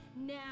now